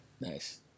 nice